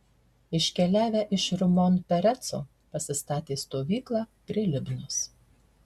iškeliavę iš rimon pereco pasistatė stovyklą prie libnos